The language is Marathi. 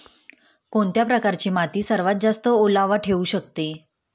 कोणत्या प्रकारची माती सर्वात जास्त ओलावा ठेवू शकते?